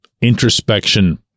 introspection